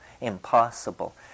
impossible